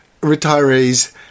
retirees